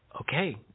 okay